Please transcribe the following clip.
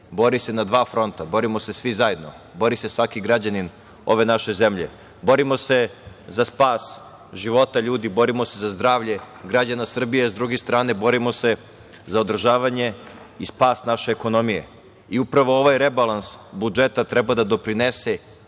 bori se na dva fronta, borimo se svi zajedno, bori se svaki građanin ove naše zemlje. Borimo se za spas života ljudi, borimo se za zdravlje građana Srbije, a sa druge strane borimo se za održavanje i spas naše ekonomije. Upravo ovaj rebalans budžeta treba da doprinese